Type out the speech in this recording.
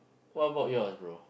what about yours bro